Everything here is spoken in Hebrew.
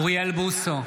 אוריאל בוסו,